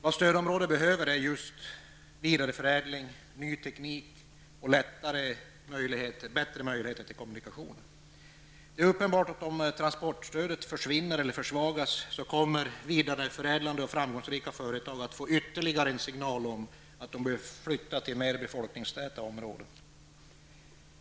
Vad stödområdet behöver är just vidareförädling, ny teknik och bättre kommunikationer. Det är uppenbart att om transportstödet försvinner eller försvagas, så kommer vidareförädlande och framgångsrika företag att få ytterligare en signal om att de bör flytta till mer befolkningstäta områden.